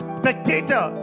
spectator